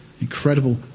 incredible